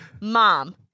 mom